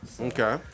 Okay